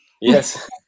yes